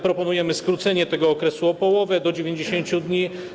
Proponujemy skrócenie tego okresu o połowę, do 90 dni.